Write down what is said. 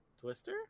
Twister